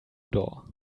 door